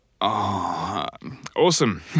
awesome